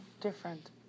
different